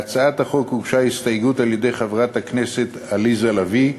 להצעת החוק הוגשה הסתייגות על-ידי חברת הכנסת עליזה לביא,